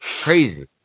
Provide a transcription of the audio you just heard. Crazy